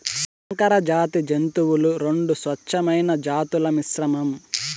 సంకరజాతి జంతువులు రెండు స్వచ్ఛమైన జాతుల మిశ్రమం